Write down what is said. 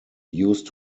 used